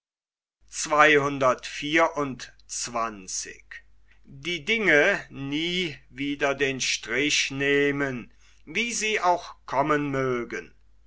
frei sie auch seyn mögen